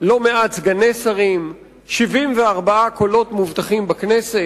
לא מעט סגני שרים, 74 קולות מובטחים בכנסת.